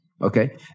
okay